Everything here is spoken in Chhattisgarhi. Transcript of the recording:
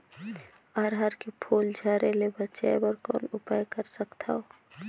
अरहर के फूल झरे ले बचाय बर कौन उपाय कर सकथव?